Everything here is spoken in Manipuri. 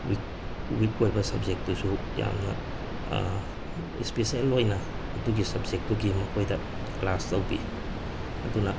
ꯋꯤꯛ ꯋꯤꯛ ꯑꯣꯏꯕ ꯁꯞꯖꯦꯛꯇꯨꯁꯨ ꯌꯥꯝꯅ ꯏꯁꯄꯤꯁꯦꯜ ꯑꯣꯏꯅ ꯑꯗꯨꯒꯤ ꯁꯞꯖꯦꯛꯇꯨꯒꯤ ꯃꯈꯣꯏꯗ ꯀ꯭ꯂꯥꯁ ꯂꯧꯕꯤ ꯑꯗꯨꯅ